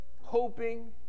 hoping